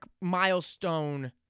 milestone